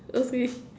okay